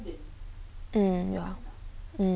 mm ya mm